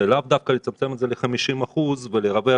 ולאו דווקא לצמצם את זה ל50% ולרווח את האוטובוסים.